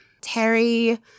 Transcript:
Terry